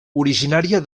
originari